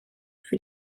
für